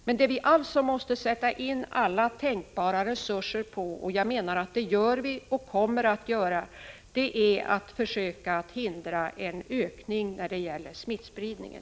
Vi måste alltså sätta in alla tänkbara resurser — och det menar jag att vi gör och kommer att göra — för att försöka att hindra en ökning av smittspridningen.